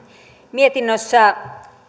mietinnössä